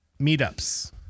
meetups